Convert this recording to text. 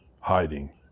hiding